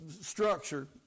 structure